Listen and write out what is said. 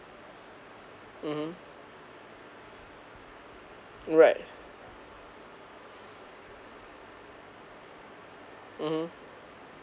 mmhmm right